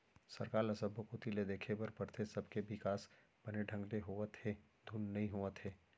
सरकार ल सब्बो कोती ल देखे बर परथे, सबके बिकास बने ढंग ले होवत हे धुन नई होवत हे